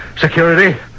Security